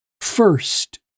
first